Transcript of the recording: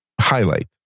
highlight